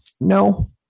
No